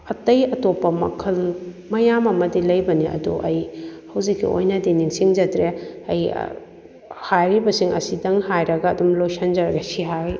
ꯑꯇꯩ ꯑꯇꯣꯞꯄ ꯃꯈꯜ ꯃꯌꯥꯝ ꯑꯃꯗꯤ ꯂꯩꯕꯅꯤ ꯑꯗꯨ ꯑꯩ ꯍꯧꯖꯤꯛꯀꯤ ꯑꯣꯏꯅꯗꯤ ꯅꯤꯡꯁꯤꯡꯖꯗ꯭ꯔꯦ ꯑꯩ ꯍꯥꯏꯔꯤꯕꯁꯤꯡ ꯑꯁꯤꯗꯪ ꯍꯥꯏꯔꯒ ꯑꯗꯨꯝ ꯂꯣꯏꯁꯟꯖꯔꯒꯦ ꯁꯤ ꯍꯥꯏ